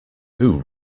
who